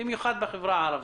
במיוחד בחברה הערבית.